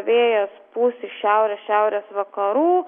vėjas pūs iš šiaurės šiaurės vakarų